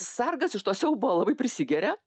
sargas iš to siaubo labai prisigeria